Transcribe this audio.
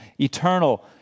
eternal